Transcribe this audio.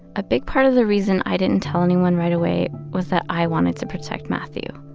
a big part of the reason i didn't tell anyone right away was that i wanted to protect mathew.